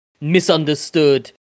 misunderstood